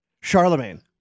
Charlemagne